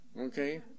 Okay